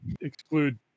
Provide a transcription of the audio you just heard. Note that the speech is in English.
exclude